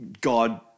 God